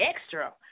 extra